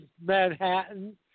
Manhattan